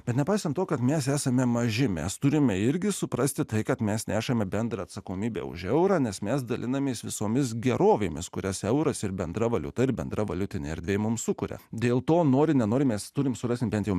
bet nepaisant to kad mes esame maži mes turime irgi suprasti tai kad mes nešame bendrą atsakomybę už eurą nes mes dalinamės visomis gerovėmis kurias euras ir bendra valiuta ir bendra valiutinė erdvė mums sukuria dėl to nori nenori mes turime surasti bent jau